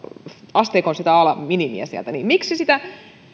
asteikon alaminimiä